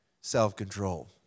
Self-control